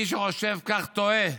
מי שחושב כך טועה,